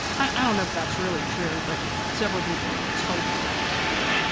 i don't know if that's really true, but several people told me that was true.